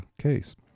case